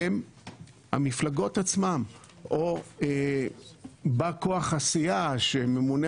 הן המפלגות עצמן או בא כוח הסיעה שממונה